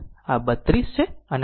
કુલ 80 kilo Ω છે